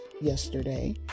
yesterday